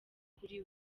kuri